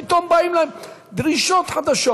ופתאום באים אליהם עם דרישות חדשות.